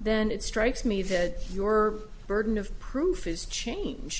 then it strikes me that your burden of proof is changed